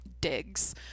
digs